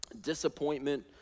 disappointment